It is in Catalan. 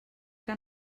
que